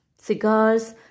cigars